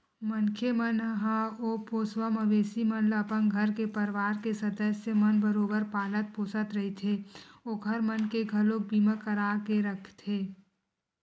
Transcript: मनखे मन ह ओ पोसवा मवेशी मन ल अपन घर के परवार के सदस्य मन बरोबर पालत पोसत रहिथे ओखर मन के घलोक बीमा करा के रखथे